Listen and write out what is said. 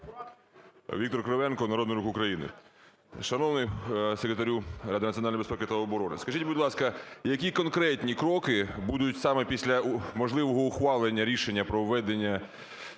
Віктор Кривенко, "Народний рух України". Шановний Секретарю Ради національної безпеки та оборони, скажіть, будь ласка, які конкретні кроки будуть саме після важливого ухвалення рішення про введення